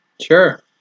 Sure